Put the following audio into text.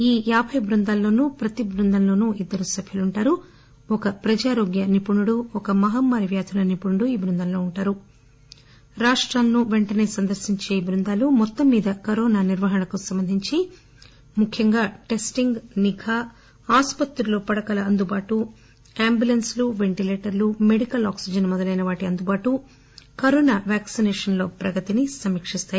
ఈ యాబై బృందాల్లో ప్రతి బృందంలోనూ ఇద్దరు సభ్యులు ఉంటారు ఒక ప్రజారోగ్య నిపుణుడు ఒక మహమ్మారి వ్యాధుల నిపుణుడు ఈ బృందంలో ఉంటారు రాష్రాలను పెంటసే సందర్భించిన ఈ బృందాలు మొత్తం మీద కరోనా నిర్వహణకు సంబంధించి ముఖ్యంగా టెస్టింగ్ ఆసుపత్రుల్లో పడకల అందుబాటు అంబులెన్ను వెంటిలేటర్లు మెడికల్ ఆక్సిజన్ మొదలైనవాటి నిఘా అందుబాటు కరోనా వ్యాక్సినేషన్ లో ప్రగతిని సమీకిస్తారు